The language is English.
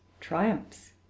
triumphs